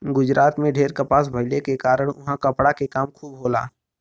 गुजरात में ढेर कपास भइले के कारण उहाँ कपड़ा के काम खूब होला